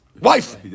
wife